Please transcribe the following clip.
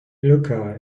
lucca